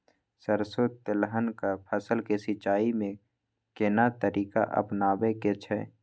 सरसो तेलहनक फसल के सिंचाई में केना तरीका अपनाबे के छै?